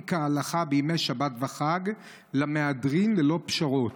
כהלכה בימי שבת וחג למהדרין ללא פשרות.